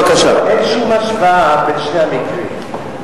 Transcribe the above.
אין שום השוואה בין שני המקרים.